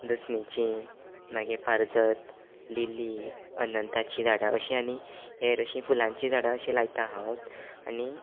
दसणीचीं मागीर पारजत लिली अनंताचीं झाडां अशीं आनी हेर अशीं फुलांचीं झाडां अशीं लायता हांवत आनी